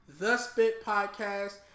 thespitpodcast